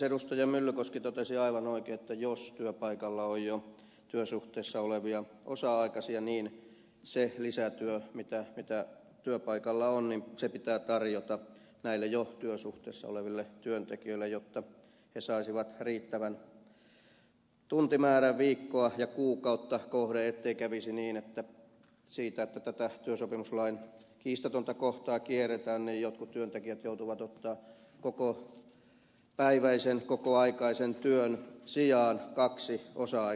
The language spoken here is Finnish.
edustaja myllykoski totesi aivan oikein että jos työpaikalla on jo työsuhteessa olevia osa aikaisia niin se lisätyö mitä työpaikalla on pitää tarjota näille jo työsuhteessa oleville työntekijöille jotta he saisivat riittävän tuntimäärän viikkoa ja kuukautta kohden ettei kävisi niin että kun tätä työsopimuslain kiistatonta kohtaa kierretään niin jotkut työntekijät joutuvat ottamaan kokopäiväisen kokoaikaisen työn sijaan kaksi osa aikatyötä